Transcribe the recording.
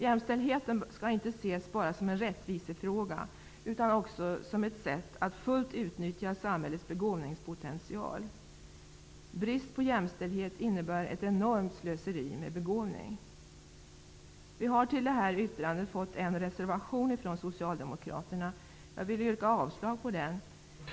Jämställdhet skall inte bara ses som en rättvisefråga, utan också som ett sätt att fullt utnyttja samhällets begåvningspotential. Brist på jämställdhet innebär ett enormt slöseri med begåvning. Till det här betänkandet har fogats en reservation från socialdemokraterna. Jag yrkar avslag på den.